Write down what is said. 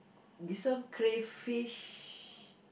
this one crayfish